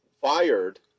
fired